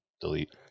delete